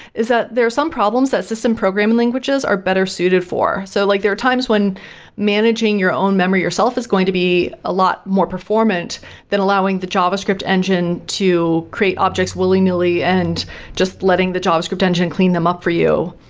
is that there are some problems that system programming languages are better suited for. so, like there are times when managing your own memory yourself is going to be a lot more performant than allowing the java script engine to create objects willy nilly and just letting the java script engine clean them up for you.